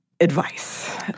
advice